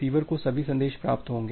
तो रिसीवर को सभी संदेश प्राप्त होंगे